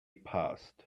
passed